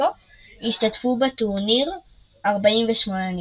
ומקסיקו ישתתפו בטורניר 48 נבחרות.